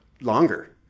longer